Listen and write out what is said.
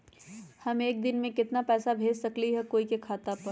हम एक दिन में केतना पैसा भेज सकली ह कोई के खाता पर?